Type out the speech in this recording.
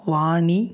Vani